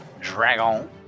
Dragon